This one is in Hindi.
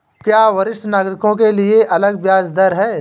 क्या वरिष्ठ नागरिकों के लिए अलग ब्याज दर है?